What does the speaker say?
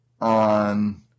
on